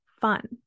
fun